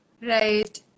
Right